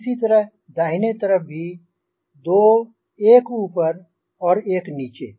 इसी तरह दाहिने तरफ़ भी दो एक ऊपर और ए नीचे